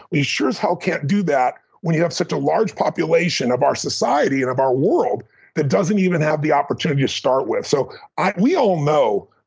sure as hell can't do that when you have such a large population of our society and of our world that doesn't even have the opportunity to start with. so ah we all know